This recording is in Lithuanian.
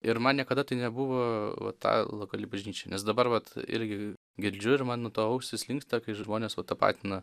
ir man niekada tai nebuvo va ta lokali bažnyčia nes dabar vat irgi girdžiu ir man nuo to ausys linksta kai žmonės va tapatina